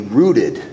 rooted